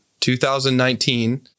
2019